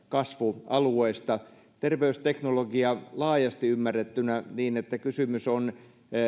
kasvualueista terveysteknologiassa laajasti ymmärrettynä on